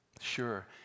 Sure